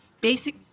basic